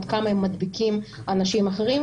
עד כמה הם מדביקים אנשים אחרים,